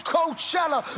Coachella